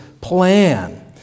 plan